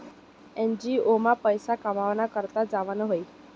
NGO मा पैसा कमावाना करता जावानं न्हयी